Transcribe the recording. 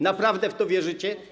Naprawdę w to wierzycie?